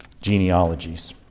genealogies